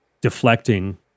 deflecting